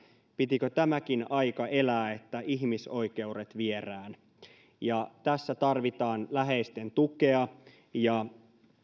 pitikö tämäkin aika elää että ihmisoikeuret vierään tässä tarvitaan läheisten tukea ja